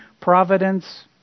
providence